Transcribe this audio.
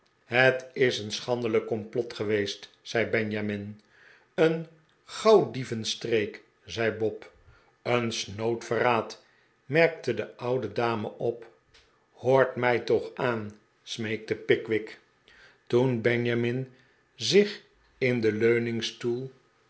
het is een schandelijk eomplot geweest zei benjamin een gauwdievenstreek zei bob een snood verraad merkte de oude dame op hoort mij toch aan smeekte pickwick toen benjamin zich in de